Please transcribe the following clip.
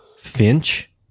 Finch